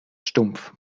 stumpf